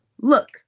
Look